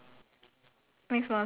eh integrate hokkien